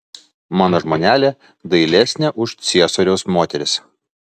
mano žmonelė dailesnė už ciesoriaus moteris